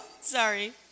Sorry